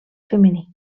femení